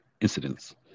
incidents